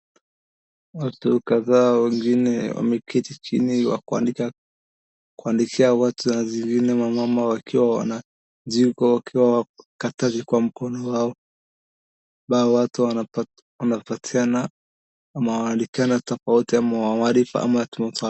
Watu kadhaa wengine wameketi chini wakiandika kwaandikia watu kazi vile mamama wakiwa wanajiko wakiwa wakatasi kwa mkono wao. Watu wanapatiana ama wanaandikiana tofauti ama walifa ama